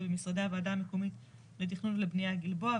ובמשרדי הוועדה המקומית לתכנון ובנייה הגלבוע,